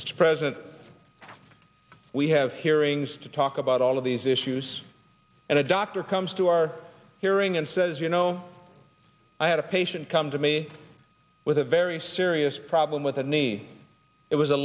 mr president we have hearings to talk about all of these issues and a doctor comes to our hearing and says you know i had a patient come to me with a very serious problem with a knee it was a